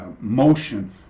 motion